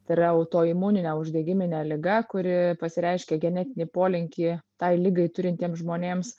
tai yra autoimunine uždegimine liga kuri pasireiškia genetinį polinkį tai ligai turintiem žmonėms